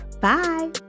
Bye